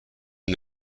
une